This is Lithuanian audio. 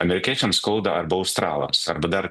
amerikiečiams skauda arba australams arba dar